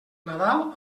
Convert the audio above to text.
nadal